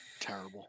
terrible